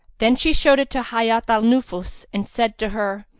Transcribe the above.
then she showed it to hayat al-nufus and said to her,